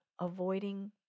avoiding